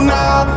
now